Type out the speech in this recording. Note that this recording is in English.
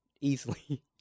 easily